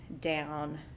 down